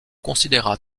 considéra